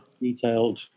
detailed